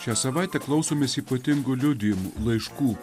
šią savaitę klausomės ypatingų liudijimų laiškų